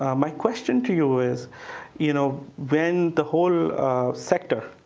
um my question to you is you know when the whole sector,